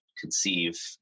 conceive